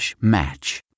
match